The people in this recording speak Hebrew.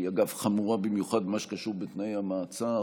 אגב, היא חמורה במיוחד במה שקשור בתנאי המעצר.